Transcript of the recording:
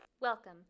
Welcome